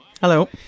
Hello